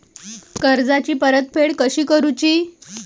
कर्जाची परतफेड कशी करुची?